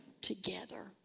together